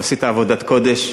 ועשית עבודת קודש,